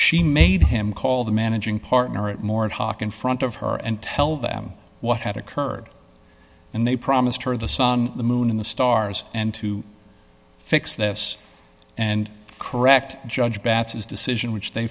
she made him call the managing partner at more talk in front of her and tell them what had occurred and they promised her the sun the moon the stars and to fix this and correct judge bat's his decision which they